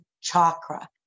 chakra